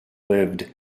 lived